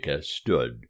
stood